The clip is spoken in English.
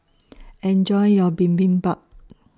Enjoy your Bibimbap